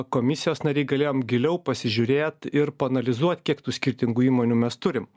komisijos nariai galėjom giliau pasižiūrėt ir paanalizuot kiek tų skirtingų įmonių mes turim